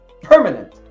permanent